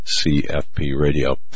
CFPRadio